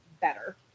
better